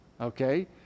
okay